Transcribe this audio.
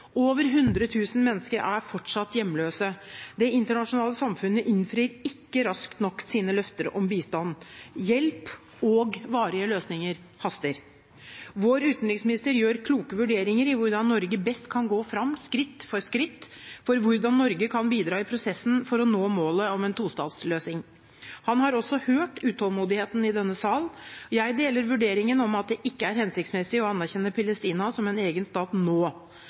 Over 100 000 mennesker er fortsatt hjemløse. Det internasjonale samfunnet innfrir ikke raskt nok sine løfter om bistand. Hjelp og varige løsninger haster. Vår utenriksminister gjør kloke vurderinger i hvordan Norge best kan gå fram, skritt for skritt, og for hvordan Norge kan bidra i prosessen for å nå målet om en tostatsløsning. Han har også hørt utålmodigheten i denne sal. Jeg deler vurderingen om at det ikke er hensiktsmessig å anerkjenne Palestina som en egen stat nå.